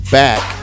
back